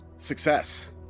success